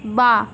বাঁ